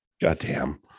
Goddamn